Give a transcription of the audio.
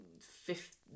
fifth